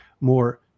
more